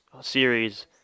series